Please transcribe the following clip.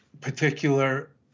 particular